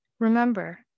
Remember